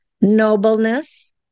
nobleness